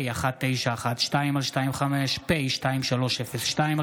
הצעת חוק-יסוד: השפיטה (תיקון,